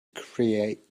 create